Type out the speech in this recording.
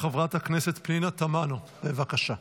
חברת הכנסת פנינה תמנו, בבקשה.